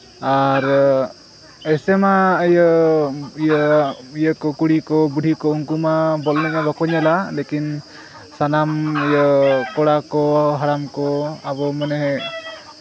ᱟᱨ ᱮᱭᱥᱮ ᱢᱟ ᱤᱭᱟᱹ ᱤᱭᱟᱹ ᱤᱭᱟᱹ ᱠᱚ ᱠᱩᱲᱤ ᱠᱚ ᱵᱩᱲᱦᱤ ᱠᱚ ᱩᱱᱠᱩ ᱢᱟ ᱵᱚᱞ ᱮᱱᱮᱡᱽ ᱢᱟ ᱵᱟᱠᱚ ᱧᱮᱞᱟ ᱞᱤᱠᱤᱱ ᱥᱟᱱᱟᱢ ᱤᱭᱟᱹ ᱠᱚᱲᱟ ᱠᱚ ᱦᱟᱲᱟᱢ ᱠᱚ ᱟᱵᱚ ᱢᱟᱱᱮ